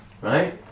Right